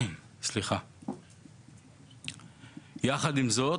יחד עם זאת,